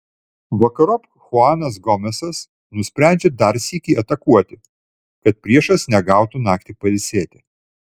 vakarop chuanas gomesas nusprendžia dar sykį atakuoti kad priešas negautų naktį pailsėti